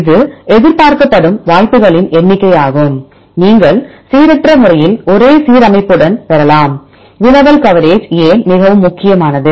இது எதிர்பார்க்கப்படும் வாய்ப்புகளின் எண்ணிக்கையாகும் நீங்கள் சீரற்ற முறையில் ஒரே சீரமைப்புடன் பெறலாம் வினவல் கவரேஜ் ஏன் மிகவும் முக்கியமானது